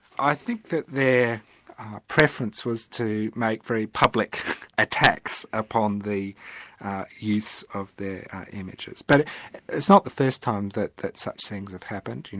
i think that their preference was to make very public attacks upon the use of their images. but it's not the first time that that such things have happened. you know,